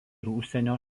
užsienio